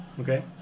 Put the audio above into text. Okay